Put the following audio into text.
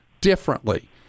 differently